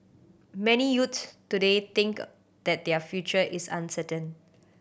many youths today think that their future is uncertain